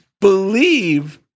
believe